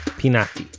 pinati